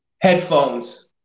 Headphones